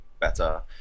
better